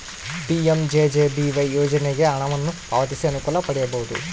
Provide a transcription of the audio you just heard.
PMJJBY ಯೋಜನೆಗೆ ಹಣವನ್ನು ಪಾವತಿಸಿ ಅನುಕೂಲ ಪಡೆಯಬಹುದು